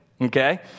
okay